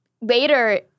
later—